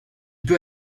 peut